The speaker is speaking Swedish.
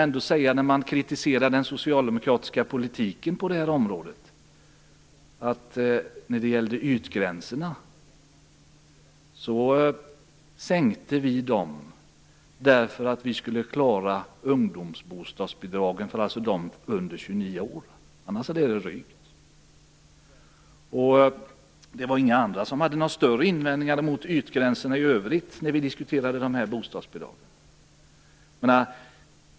När man kritiserar den socialdemokratiska politiken på detta område vill jag säga att vi sänkte ytgränserna för att klara ungdomsbostadsbidragen, dvs. för personer under 29 år. Det hade annars inte varit möjligt. Det var ingen som hade några större invändningar mot ytgränserna i övrigt när vi diskuterade dessa bostadsbidrag.